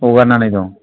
हगारनानै दं